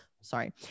Sorry